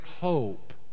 hope